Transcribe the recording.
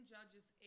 Judges